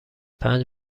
پنج